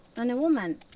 and a woman.